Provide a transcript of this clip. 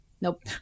Nope